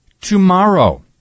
tomorrow